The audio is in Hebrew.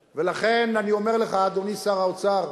ולכן, אני אומר לך, אדוני שר האוצר,